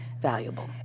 valuable